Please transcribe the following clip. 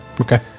Okay